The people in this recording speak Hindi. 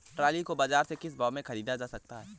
ट्रॉली को बाजार से किस भाव में ख़रीदा जा सकता है?